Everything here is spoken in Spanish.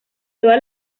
todas